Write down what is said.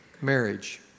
marriage